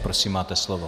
Prosím, máte slovo.